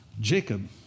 Jacob